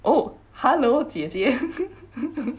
oh hello 姐姐